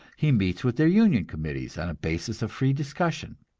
he meets with their union committees on a basis of free discussion.